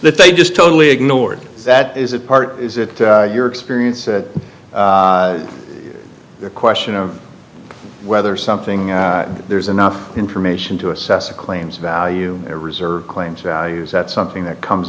that they just totally ignored that is that part is that your experience the question of whether something there's enough information to assess the claims value reserve claims values that's something that comes